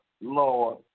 Lord